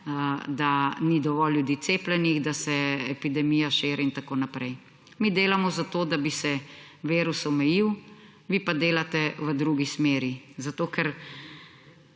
da ni dovolj ljudi cepljenih, da se epidemija širi in tako naprej. Mi delamo za to, da bi se virus omejil. Vi pa delate v drugi smeri, zato ker